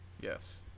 Yes